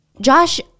Josh